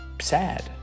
sad